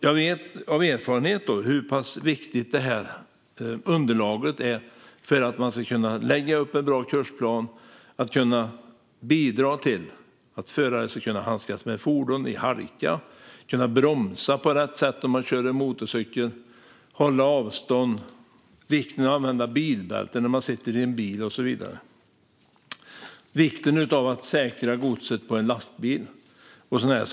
Jag vet av erfarenhet hur pass viktigt detta underlag är för att man ska kunna lägga upp en bra kursplan och bidra till att förare kan handskas med fordon i halka, bromsa på rätt sätt om de kör motorcykel, hålla avståndet, använda bilbälte när de sitter i en bil, säkra godset om de kör lastbil och så vidare.